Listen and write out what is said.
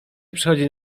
przechodzi